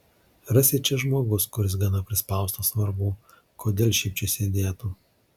rasi čia žmogus kuris gana prispaustas vargų kodėl šiaip čia sėdėtų